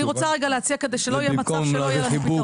אני רוצה להציע כדי שלא יהיה מצב שלא יהיה לנו פתרון.